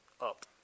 Up